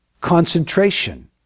concentration